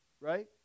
right